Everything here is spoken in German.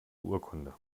urkunde